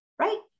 Right